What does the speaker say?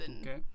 Okay